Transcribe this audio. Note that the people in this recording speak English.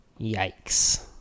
Yikes